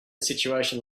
situation